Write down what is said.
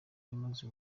yamaze